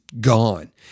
gone